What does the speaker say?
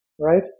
Right